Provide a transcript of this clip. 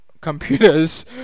computers